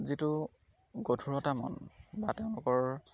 যিটো গধুৰতা মন বা তেওঁলোকৰ